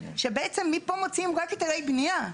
שבעצם מפה מוציאים רק אתרי בנייה,